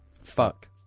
Fuck